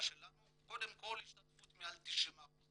שלנו זה קודם כול השתתפות פעילה מעל 90%;